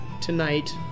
tonight